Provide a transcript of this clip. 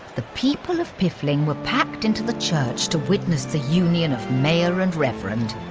the people of piffling were packed into the church to witness the union of mayor and reverend.